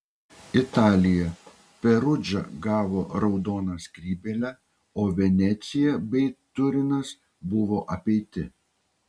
italija perudža gavo raudoną skrybėlę o venecija bei turinas buvo apeiti